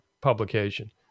publication